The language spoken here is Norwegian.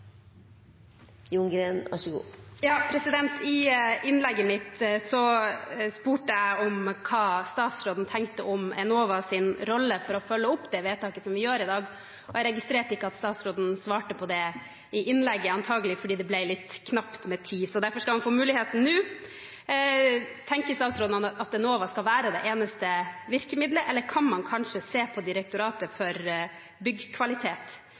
I innlegget mitt spurte jeg statsråden om hva han tenkte om Enovas rolle i å følge opp det vedtaket som vi gjør i dag. Jeg registrerte at statsråden ikke svarte på det i innlegget sitt, antakelig fordi det ble litt knapt med tid. Derfor skal han få muligheten nå. Tenker statsråden at Enova skal være det eneste virkemiddelet, eller kan man kanskje se på Direktoratet for byggkvalitet,